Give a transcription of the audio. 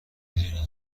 دونین